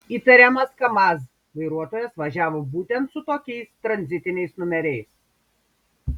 įtariamas kamaz vairuotojas važiavo būtent su tokiais tranzitiniais numeriais